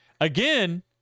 again